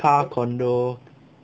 car condo